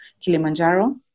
Kilimanjaro